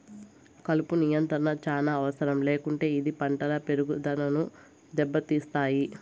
కలుపు నియంత్రణ చానా అవసరం లేకుంటే ఇది పంటల పెరుగుదనను దెబ్బతీస్తాయి